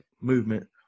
movement